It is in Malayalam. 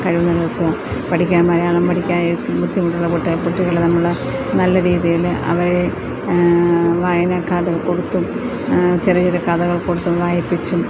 കഴിവതും നിലനിർത്തുക പഠിക്കാൻ മലയാളം പഠിക്കാൻ എഴുത്ത് ബുദ്ധിമുട്ടുള്ള കുട്ടികളെ നമ്മള് നല്ല രീതിയില് അവരെ വായന കാർഡ് കൊടുത്തും ചെറിയ ചെറിയ കഥകൾ കൊടുത്തും വായിപ്പിച്ചും